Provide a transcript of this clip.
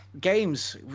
Games